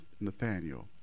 Nathaniel